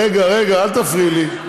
רגע, רגע, אל תפריעי לי.